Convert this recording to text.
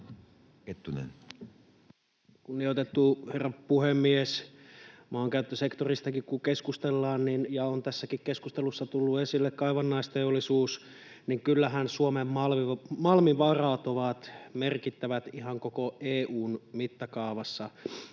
Kunnioitettu herra puhemies! Maankäyttösektoristakin kun keskustellaan, ja on tässäkin keskustelussa tullut esille kaivannaisteollisuus, niin kyllähän Suomen malmivarat ovat merkittävät ihan koko EU:n mittakaavassa.